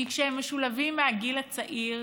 כי כשהם משולבים מהגיל הצעיר,